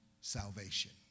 salvation